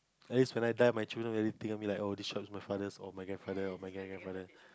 at least when I die my children really think of me like this was my father or my grandfather or my great grandfather